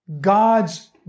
God's